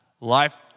Life